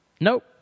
Nope